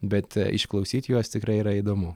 bet išklausyti juos tikrai yra įdomu